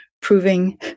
proving